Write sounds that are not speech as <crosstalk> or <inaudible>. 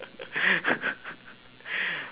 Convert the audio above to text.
<laughs>